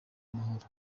amahoro